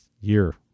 year